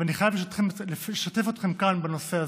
ואני חייב, ברשותכם, לשתף אתכם כאן בנושא הזה,